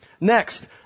Next